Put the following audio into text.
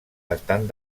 estan